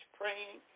praying